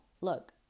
look